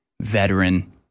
veteran